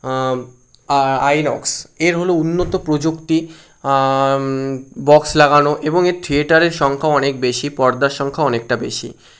INOX এর হলো উন্নত প্রযুক্তি বক্স লাগানো এবং এর থিয়েটারের সংখ্যাও অনেক বেশি পর্দার সংখ্যাও অনেকটা বেশি